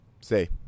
say